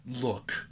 look